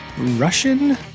Russian